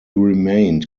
remained